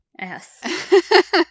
Yes